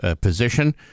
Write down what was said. position